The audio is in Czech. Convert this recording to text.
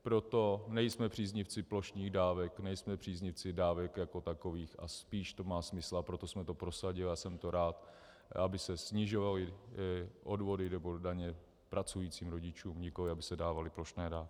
Proto nejsme příznivci plošných dávek, nejsme příznivci dávek jako takových a spíš to má smysl, a proto jsme to prosadili a jsem za to rád, aby se snižovaly odvody nebo daně pracujícím rodičům, nikoliv aby se dávaly plošné dávky.